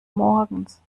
morgens